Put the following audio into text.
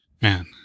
Man